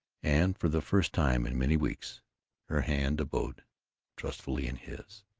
and for the first time in many weeks her hand abode trustfully in his.